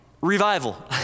Revival